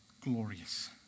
glorious